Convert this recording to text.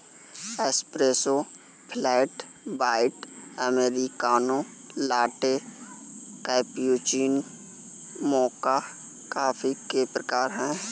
espresso, flat white, americano, latte, cappuccino, mocha coffee के प्रकार हैं